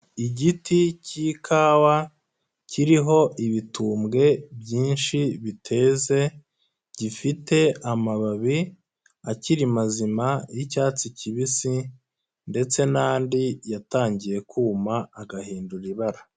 Igiti k'ikawa kiriho ibitumbwe byinshi biteze gifite amababi akiri mazima y'icyatsi kibisi ndetse n'andi yatangiye kuma agahindura ibara.